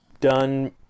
done